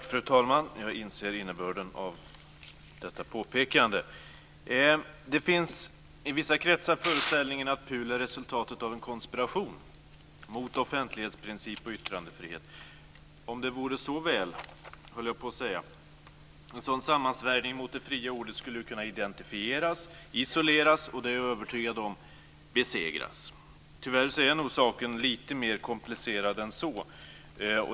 Fru talman! Det finns i vissa kretsar föreställningen att PUL är resultatet av en konspiration mot offentlighetsprincip och yttrandefrihet. Om det vore så väl, höll jag på att säga. En sådan sammansvärjning mot det fria ordet skulle ju kunna identifieras, isoleras och - det är jag övertygad om - besegras. Tyvärr är nog saken lite mer komplicerad än så.